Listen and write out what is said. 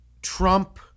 Trump